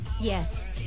Yes